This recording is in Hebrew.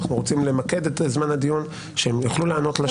אנחנו רוצים למקד את זמן הדיון שהם יוכלו לענות לשאלות.